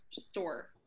store